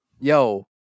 yo